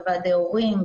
בוועדי הורים,